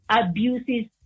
abuses